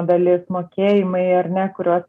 dalis mokėjimai ar ne kuriuos